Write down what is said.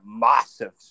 massive